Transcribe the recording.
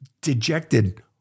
dejected